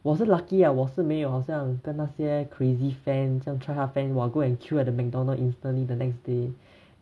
我是 lucky 啊我是没有好像跟那些 crazy fans 这样 try hard fans !wah! go and queue at the McDonald instantly the next day